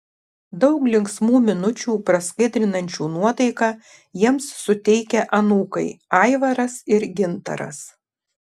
daug linksmų minučių praskaidrinančių nuotaiką jiems suteikia anūkai aivaras ir gintaras